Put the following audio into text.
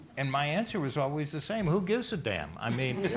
and my answer was always the same, who gives a damn? i mean,